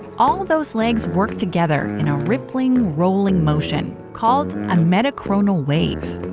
all those legs work together in a rippling, rolling motion called a metachronal wave.